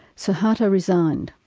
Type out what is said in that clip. suharto resigned,